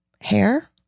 hair